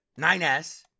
9S